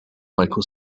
michael